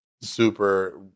super